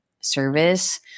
service